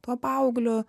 tuo paaugliu